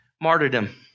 martyrdom